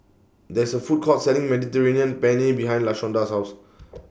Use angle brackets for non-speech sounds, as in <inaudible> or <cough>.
There IS A Food Court Selling Mediterranean Penne behind Lashonda's House <noise>